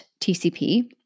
TCP